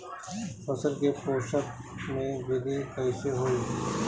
फसल के पोषक में वृद्धि कइसे होई?